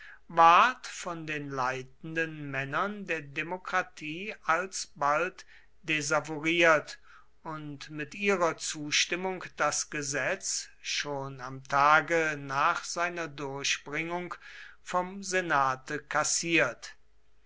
ward von den leitenden männern der demokratie alsbald desavouiert und mit ihrer zustimmung das gesetz schon am tage nach seiner durchbringung vom senate kassiert